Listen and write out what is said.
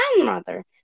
grandmother